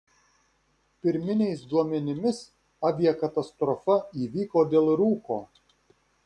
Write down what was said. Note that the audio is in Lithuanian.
pirminiais duomenimis aviakatastrofa įvyko dėl rūko